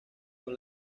con